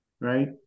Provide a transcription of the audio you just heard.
right